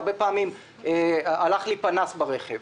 הרבה פעמים הלך לי פנס ברכב,